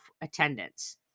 attendance